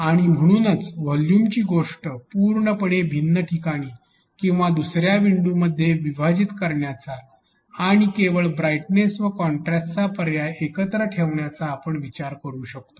आणि म्हणूनच व्हॉल्यूमची गोष्ट पूर्णपणे भिन्न ठिकाणी किंवा दुसर्या विंडोमध्ये विभाजित करण्याचा आणि केवळ ब्राइटनेस व कॉन्ट्रास्ट चा पर्याय एकत्र ठेवण्याचा आपण विचार करू शकतो